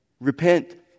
Repent